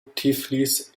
tiflis